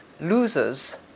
losers